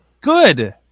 good